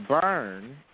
burn